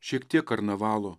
šiek tiek karnavalo